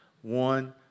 One